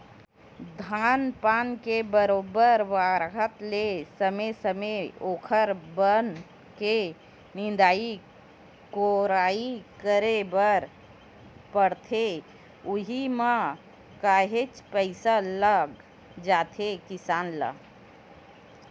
धान पान के बरोबर बाड़हत ले समे समे ओखर बन के निंदई कोड़ई करे बर परथे उहीं म काहेच पइसा लग जाथे किसान ल